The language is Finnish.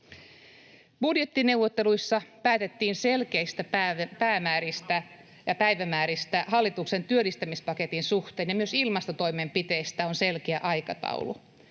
Budjettineuvotteluissa päätettiin selkeistä päivämääristä hallituksen työllistämispaketin suhteen, ja myös ilmastotoimenpiteistä on selkeä aikataulu.